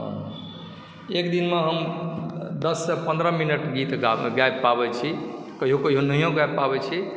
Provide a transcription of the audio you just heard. एक दिनमे हम दससँ पंद्रह मिनट गीत गाबि पाबय छी कहियो कहियो नहियो गाबि पाबै छी